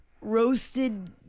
roasted